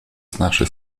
znaczy